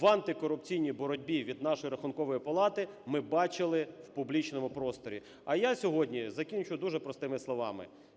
в антикорупційній боротьбі від нашої Рахункової палати ми бачили в публічному просторі. А я сьогодні закінчу дуже простими словами.